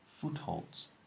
footholds